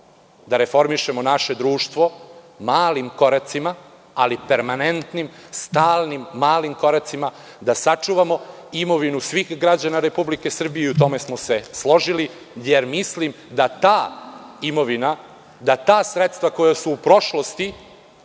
da reformišemo naše društvo malim koracima ali permanentnim, stalnim malim koracima, da sačuvamo imovinu svih građana Republike Srbije i u tome smo se složili. Mislim da ta imovina, da ta sredstva koja su u prošlosti